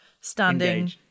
standing